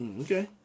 Okay